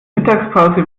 mittagspause